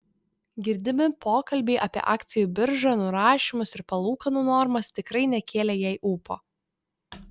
girdimi pokalbiai apie akcijų biržą nurašymus ir palūkanų normas tikrai nekėlė jai ūpo